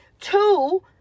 two